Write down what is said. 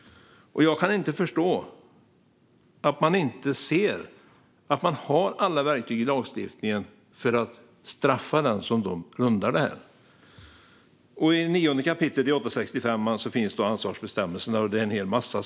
Jag kan inte förstå att man inte ser att man har alla verktyg i lagstiftningen för att straffa dem som rundar den. I 9 kap. i 865 finns ansvarsbestämmelser. Det är en hel massa.